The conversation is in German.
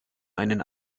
einen